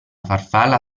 farfalla